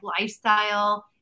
lifestyle